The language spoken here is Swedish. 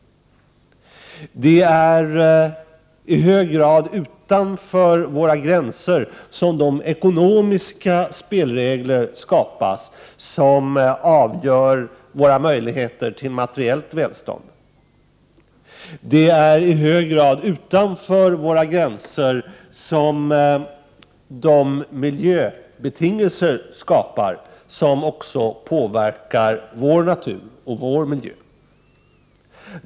Det är i hög grad utanför våra gränser som de ekonomiska spelregler skapas som avgör våra möjligheter till materiellt välstånd. Det är i hög grad utanför våra gränser som de miljöbetingelser skapas som också påverkar vår natur och vår miljö.